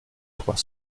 trois